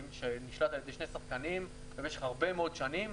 שנשלט על ידי שני שחקנים במשך הרבה מאוד שנים.